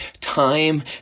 time